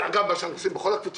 הממשלה.